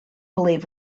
believe